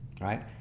right